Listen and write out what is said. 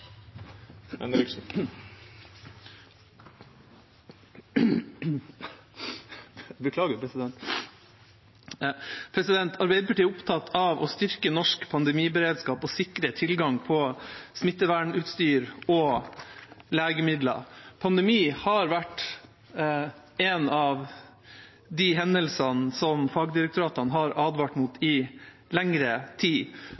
Arbeiderpartiet er opptatt av å styrke norsk pandemiberedskap og sikre tilgang på smittevernutstyr og legemidler. Pandemi har vært en av de hendelsene som fagdirektoratene har advart mot i lengre tid.